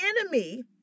enemy